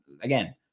again